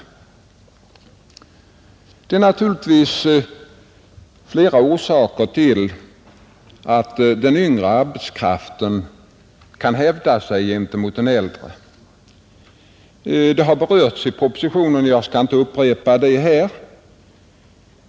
Det är naturligtvis flera orsaker till att den yngre arbetskraften kan hävda sig gentemot den äldre. Det har berörts i propositionen, och jag skall inte upprepa det här.